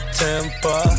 temper